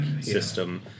system